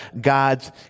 God's